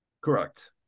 Correct